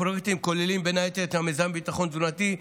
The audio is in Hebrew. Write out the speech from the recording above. הפרויקטים כוללים בין היתר את המיזם לביטחון תזונתי,